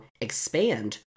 expand